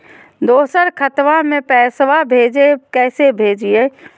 दोसर खतबा में पैसबा कैसे भेजिए?